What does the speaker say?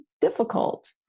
difficult